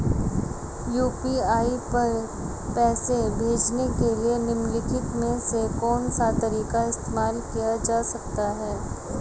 UPI पर पैसे भेजने के लिए निम्नलिखित में से कौन सा तरीका इस्तेमाल किया जा सकता है?